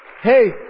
hey